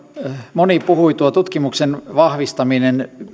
moni puhui tuo tutkimuksen vahvistaminen